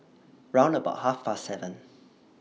round about Half Past seven